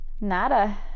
nada